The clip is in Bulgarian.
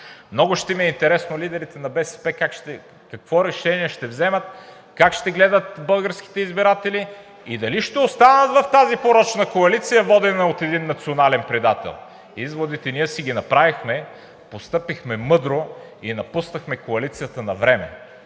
много ще ми е интересно лидерите на БСП какво решение ще вземат, как ще гледат българските избиратели и дали ще останат в тази порочна коалиция, водена от един национален предател? Изводите ние си ги направихме, постъпихме мъдро и напуснахме коалицията навреме.